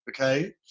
Okay